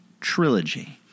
Trilogy